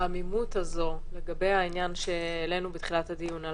העמימות בעניין שהעלינו בתחילת הדיון על